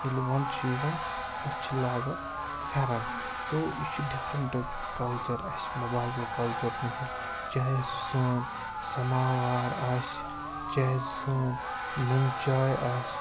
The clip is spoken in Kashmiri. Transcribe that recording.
ییٚلہِ وَنٛدٕ چھُ یِوان أسۍ چھِ لاگان پھٮ۪رَن تو یہِ چھُ ڈِفرَنٛٹ کَلچَر اَسہِ یِمو باقیو کَلچَر نِشَن چاہے سُہ سٲنۍ سَماوار آسہِ چاہے سُہ سٲنۍ نُن چاے آسہِ